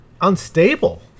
unstable